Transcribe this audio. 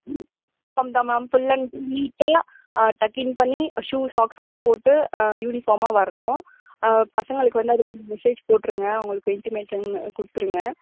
uniform தான் ma'am full and full நீட்டாக tucking பண்ணி ஷூ சாக்ஸ் எல்லாம் போட்டு ஆ யூனிஃபார்மாக வரணும் பசங்களுக்கு வந்து அதுக்கொரு மெசேஜ் போட்டிருங்க அவங்களுக்கு இண்ட்டிமேஷன் கொடுத்துருங்க